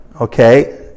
okay